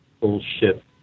bullshit